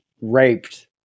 raped